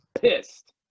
pissed